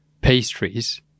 pastries